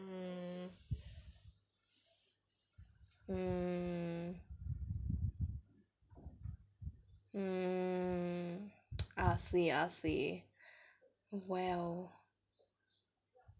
mm mm mm I see I see well